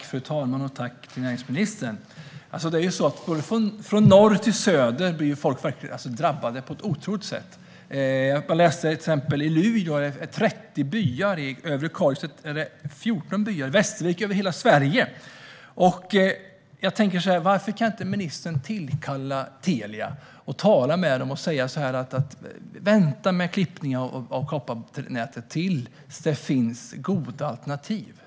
Fru talman! Jag tackar näringsministern för svaret. Från norr till söder drabbas människor på ett otroligt sätt. Jag har läst att det i till exempel Luleå är 30 byar som drabbas och i övre Kalix 14 byar. Det sker även i Västervik och över hela Sverige. Varför kan ministern inte tillkalla Telia och tala med dem och säga: Vänta med klippningen av kopparnätet tills det finns goda alternativ.